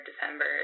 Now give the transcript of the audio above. December